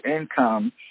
income